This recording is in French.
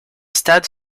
stade